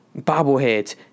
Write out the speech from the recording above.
bobbleheads